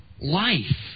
life